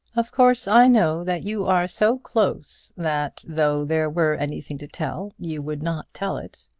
of course i know that you are so close that though there were anything to tell you would not tell it.